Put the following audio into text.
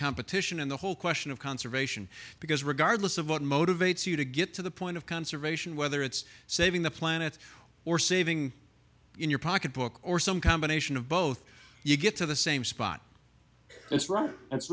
competition and the whole question of conservation because regardless of what motivates you to get to the point of conservation whether it's saving the planet or saving in your pocketbook or some combination of both you get to the same spot it's right that's